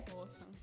awesome